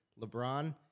LeBron